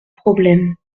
problème